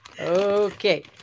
Okay